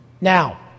Now